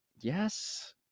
yes